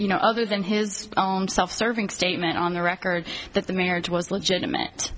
you know other than his own self serving statement on the record that the marriage was legitimate